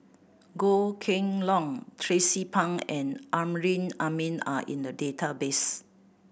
Goh Kheng Long Tracie Pang and Amrin Amin are in the database